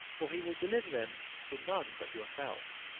for he will deliver them to none but yourself.